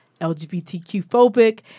LGBTQ-phobic